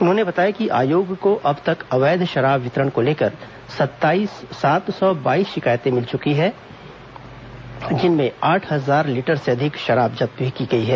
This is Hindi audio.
उन्होंने बताया कि आयोग को अब तक अवैध शराब वितरण को लेकर सात सौ बाईस शिकायतें मिल चुकी हैं और जिनमें आठ हजार लीटर से अधिक की शराब जब्त भी की गई है